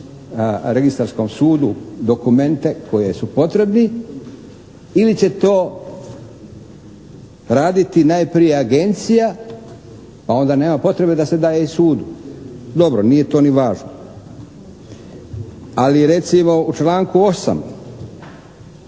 registarskom sudu dokumente koji su potrebni ili će to raditi najprije agencija pa onda nema potrebe da se daje i sud, dobro nije to ni važno. Ali recimo u članku 8.